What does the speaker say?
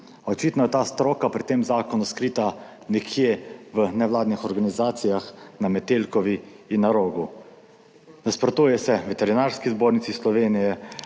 očitno je ta stroka pri tem zakonu skrita nekje v nevladnih organizacijah na Metelkovi in v Rogu. Nasprotuje se Veterinarski zbornici Slovenije,